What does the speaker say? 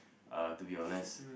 uh to be honest